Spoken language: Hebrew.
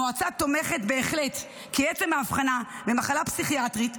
המועצה תומכת בהחלט כי עצם האבחנה במחלה פסיכיאטרית,